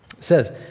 says